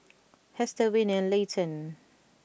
Hester Winnie and Layton